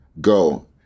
Go